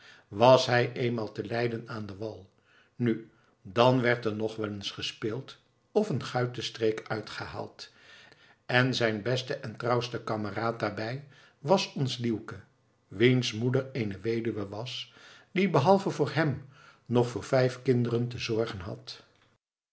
was hij eenmaal te leiden aan den wal nu dan werd er nog wel eens gespeeld of een guitenstreek uitgehaald en zijn beste en trouwste kameraad daarbij was ons leeuwke wiens moeder eene weduwe was die behalve voor hem nog voor vijf kinderen te zorgen had